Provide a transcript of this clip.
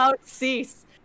cease